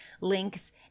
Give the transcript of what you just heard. links